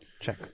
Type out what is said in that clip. check